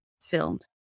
filled